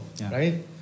right